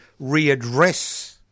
readdress